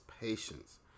patience